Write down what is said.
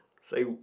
Say